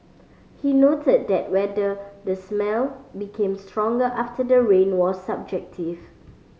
he noted that whether the smell became stronger after the rain was subjective